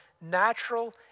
natural